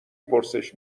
پرسش